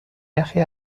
یخی